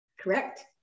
Correct